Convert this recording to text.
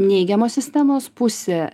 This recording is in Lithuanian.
neigiama sistemos pusė